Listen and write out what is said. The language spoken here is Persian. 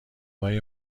های